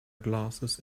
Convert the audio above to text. glasses